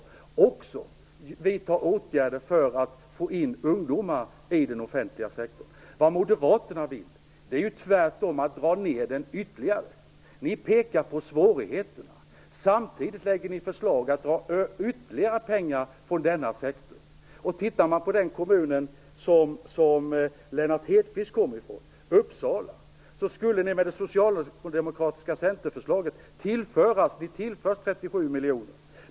Vi måste också vidta åtgärder för att få in ungdomar i den offentliga sektorn. Vad Moderaterna vill är tvärtom att dra ned den ytterligare. Ni pekar på svårigheterna. Samtidigt lägger ni fram förslag om att dra in ytterligare pengar från denna sektor. Den kommun Lennart Hedquist kommer ifrån, Uppsala, skulle med Socialdemokraternas och Centerns förslag tillföras 37 miljoner.